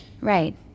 Right